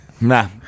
Nah